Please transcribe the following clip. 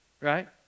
Right